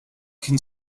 can